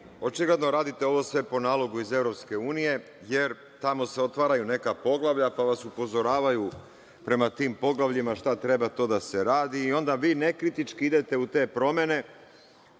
očigledno radite ovo sve po nalogu iz EU, jer tamo se otvaraju neka poglavlja, pa vas upozoravaju prema tim poglavljima šta treba to da se radi. Onda vi nekritički idete u te promene,